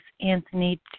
Anthony